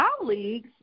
colleagues